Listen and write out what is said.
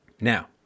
Now